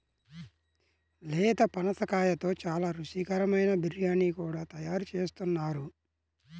లేత పనసకాయతో చాలా రుచికరమైన బిర్యానీ కూడా తయారు చేస్తున్నారు